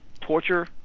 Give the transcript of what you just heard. torture